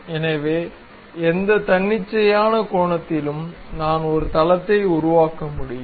எனவே எந்த தன்னிச்சையான கோணத்திலும் நான் ஒரு தளத்தை உருவாக்க முடியும்